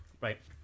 Right